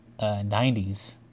90s